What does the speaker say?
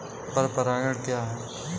पर परागण क्या है?